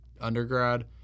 undergrad